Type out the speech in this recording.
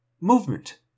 Movement